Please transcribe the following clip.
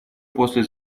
после